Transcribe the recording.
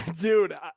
Dude